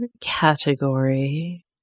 category